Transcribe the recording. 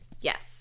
Yes